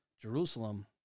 Jerusalem